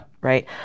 Right